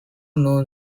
known